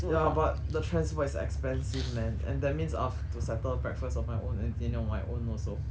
ya but the transport is expensive man and that means I've to settle breakfast on my own and dinner on my own also